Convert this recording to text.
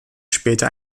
später